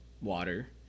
water